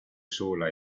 sola